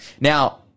Now